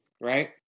right